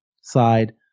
side